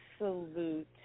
absolute